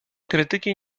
krytyki